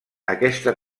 aquesta